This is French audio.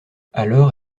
alors